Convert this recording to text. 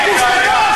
זה גוף קדוש?